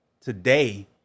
today